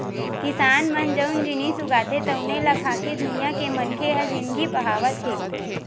किसान मन जउन जिनिस उगाथे तउने ल खाके दुनिया के मनखे ह जिनगी पहावत हे